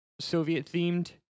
Soviet-themed